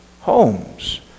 homes